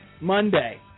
Monday